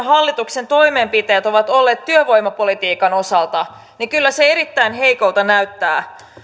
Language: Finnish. hallituksen toimenpiteet ovat olleet työvoimapolitiikan osalta niin kyllä se erittäin heikolta näyttää